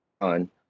on